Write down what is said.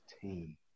team